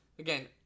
Again